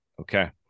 okay